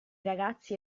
ragazzi